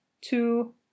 two